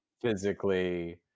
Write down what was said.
physically